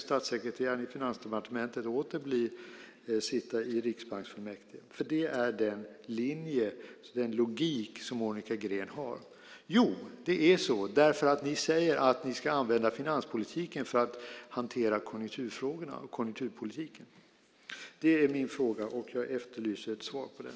Statssekreteraren i Finansdepartementet kan till exempel åter sitta i riksbanksfullmäktige. Det är den linje och den logik som Monica Green har. Jo, det är så, därför att ni säger att ni ska använda finanspolitiken för att hantera konjunkturfrågorna och konjunkturpolitiken. Det är min fråga, och jag efterlyser ett svar på den.